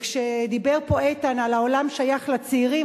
כשדיבר פה איתן על כך שהעולם שייך לצעירים,